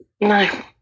No